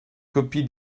copie